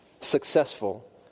successful